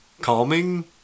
calming